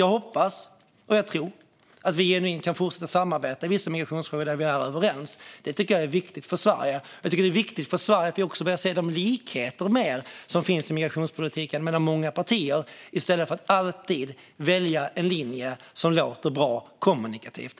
Jag hoppas och tror att vi kan fortsätta att samarbeta genuint i vissa migrationsfrågor där vi är överens. Det tycker jag är viktigt för Sverige. Jag tycker också att det är viktigt för Sverige att vi mer börjar se de likheter som finns i migrationspolitiken mellan många partier i stället för att alltid välja en linje som låter bra kommunikativt.